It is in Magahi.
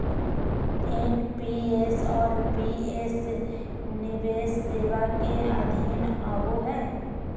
एन.पी.एस और पी.पी.एस निवेश सेवा के अधीन आवो हय